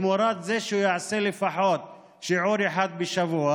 תמורת זה שהוא יעשה לפחות שיעור אחד בשבוע.